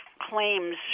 claims